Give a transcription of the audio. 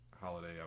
holiday